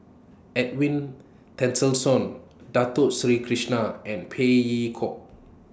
Edwin Tessensohn Dato Sri Krishna and Phey Yew Kok